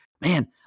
man